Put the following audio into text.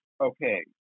okay